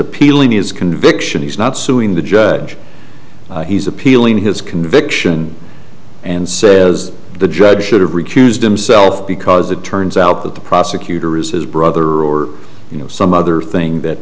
appealing his conviction he's not suing the judge he's appealing his conviction and says the judge should have recused himself because it turns out that the prosecutor is his brother or you know some other thing that